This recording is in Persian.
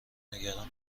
نگران